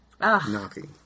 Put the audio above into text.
knocking